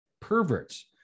perverts